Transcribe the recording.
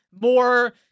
more